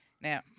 Now